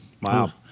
Wow